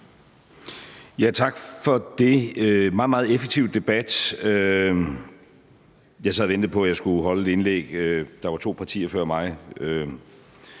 Tak for den meget, meget effektive debat. Jeg sad og ventede på, at jeg skulle holde et indlæg, og der var to partier før mig